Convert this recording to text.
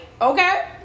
okay